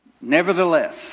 Nevertheless